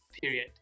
period